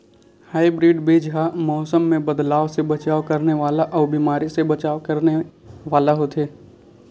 hybrid बीज हा मौसम मे बदलाव से बचाव करने वाला अउ बीमारी से बचाव करने वाला होथे